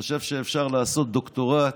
בכלל חושב שלהתפצל בכנסת,